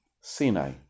Sinai